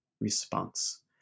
response